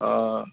हा